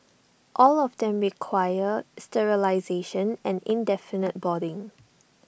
all of them require sterilisation and indefinite boarding